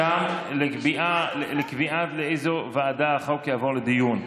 שם ייקבע לאיזו ועדה החוק יועבר לדיון.